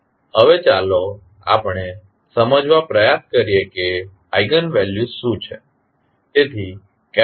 હવે ચાલો આપણે સમજવા પ્રયાસ કરીએ કે આઇગન વેલ્યુસ શું છે